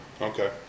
okay